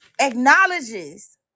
acknowledges